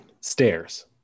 Stairs